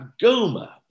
Goma